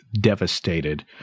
devastated